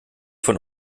von